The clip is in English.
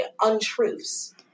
untruths